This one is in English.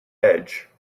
edge